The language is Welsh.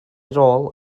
rôl